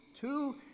Two